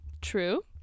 true